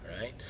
right